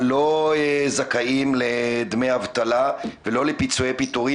לא זכאים לדמי אבטלה ולא לפיצויי פיטורים,